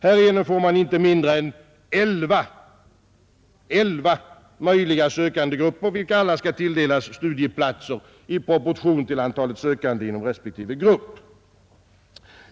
Härigenom får man inte mindre än elva möjliga sökandegrupper, vilka alla skall tilldelas studieplatser i proportion till antalet sökande inom respektive grupp.